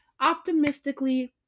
optimistically